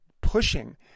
pushing